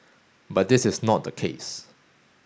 but this is not the case